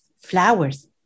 Flowers